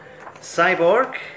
Cyborg